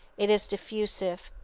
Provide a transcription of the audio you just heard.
it is diffusive.